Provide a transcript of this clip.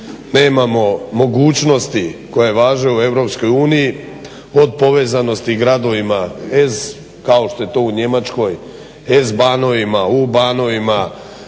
nemamo mogućnosti koje važe u EU od povezanosti gradovima EZ kao što je to u Njemačkoj EZ banovima, u banovima,